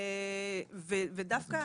ודווקא